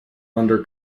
under